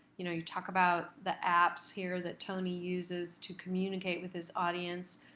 you know you talk about the apps here that tony uses to communicate with his audience,